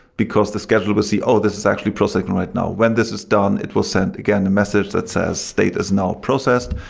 because the scheduler will see, oh! this is actually processing right now. when this is done, it will send, again, a message that says, state is not processed.